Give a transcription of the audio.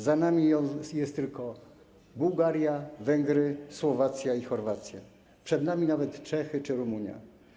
Za nami są tylko Bułgaria, Węgry, Słowacja i Chorwacja, przed nami nawet Czechy czy Rumunia.